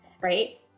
Right